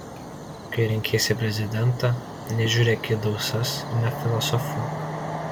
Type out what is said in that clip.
kai renkiesi prezidentą nežiūrėk į dausas ir nefilosofuok